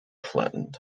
flattened